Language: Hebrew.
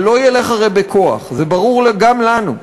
הרי זה לא ילך בכוח, זה ברור גם לנו,